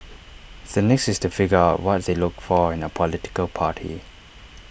the next is to figure out what they looked for in A political party